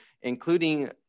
including